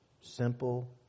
Simple